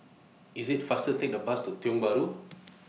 IT IS faster Take The Bus to Tiong Bahru